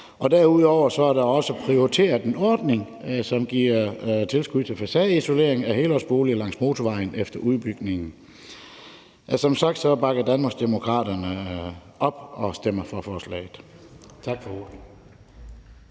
Derudover er der også prioriteret en ordning, som giver tilskud til facadeisolering af helårsboliger langs motorvejen efter udbygningen. Som sagt bakker Danmarksdemokraterne op og stemmer for forslaget.